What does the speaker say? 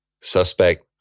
suspect